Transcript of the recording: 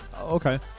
Okay